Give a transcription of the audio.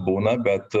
būna bet